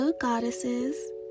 goddesses